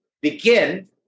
begin